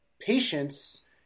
patience